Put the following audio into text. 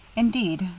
indeed,